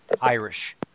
Irish